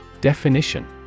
Definition